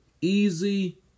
easy